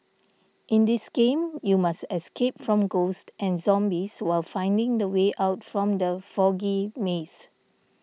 in this game you must escape from ghosts and zombies while finding the way out from the foggy maze